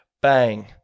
bang